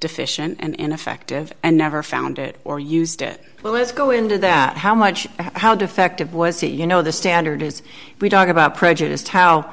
deficient and ineffective and never found it or used it well let's go into that how much how defective was he you know the standard is we talk about prejudiced how